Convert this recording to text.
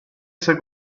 sei